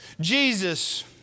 Jesus